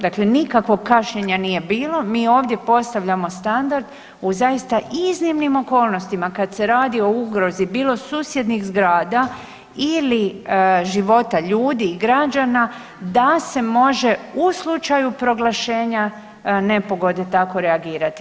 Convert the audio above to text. Dakle, nikakvog kašnjenja nije bilo, mi ovdje postavljamo standard u zaista iznimnim okolnostima kad se radi o ugrozi bilo susjednih zgrada ili života ljudi i građana da se može u slučaju proglašenja nepogode tako reagirati.